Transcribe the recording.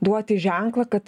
duoti ženklą kad